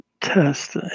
test